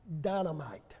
dynamite